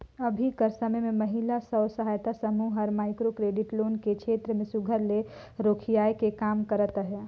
अभीं कर समे में महिला स्व सहायता समूह हर माइक्रो क्रेडिट लोन के छेत्र में सुग्घर ले रोखियाए के काम करत अहे